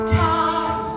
time